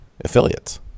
affiliates